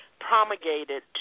promulgated